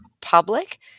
public